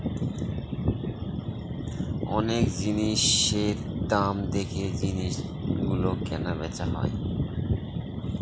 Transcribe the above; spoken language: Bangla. অনেক জিনিসের দাম দেখে জিনিস গুলো কেনা বেচা হয়